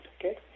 okay